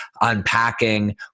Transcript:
unpacking